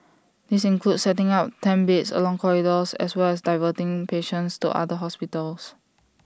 these include setting up tent beds along corridors as well as diverting patients to other hospitals